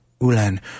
Ulan